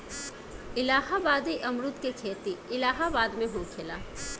इलाहाबादी अमरुद के खेती इलाहाबाद में होखेला